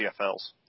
CFLs